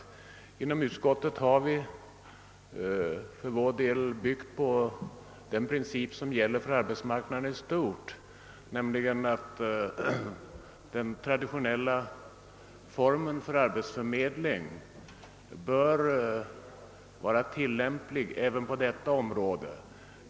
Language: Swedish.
Inom utskottet har vi byggt på den princip som gäller för arbetsmarknaden i stort, vilket innebär att den traditionella formen för arbetsförmedling bör vara tillämplig även på detta område.